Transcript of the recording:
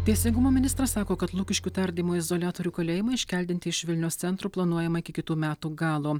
teisingumo ministras sako kad lukiškių tardymo izoliatorių kalėjimą iškeldinti iš vilniaus centro planuojama iki kitų metų galo